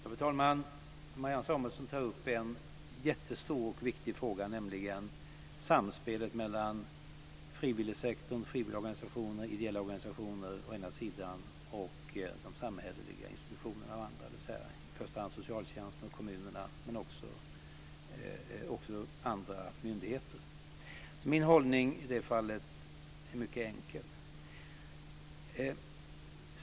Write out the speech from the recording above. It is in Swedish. Fru talman! Marianne Samuelsson tar upp en mycket stor och viktig fråga, nämligen samspelet mellan frivilligsektorn, frivillgorganisationer, ideella organisationer å ena sidan och de samhälleliga institutionerna å andra sidan. Det är i första hand socialtjänsten i kommunerna men också andra myndigheter. Min hållning i det fallet är mycket enkel.